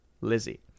Lizzie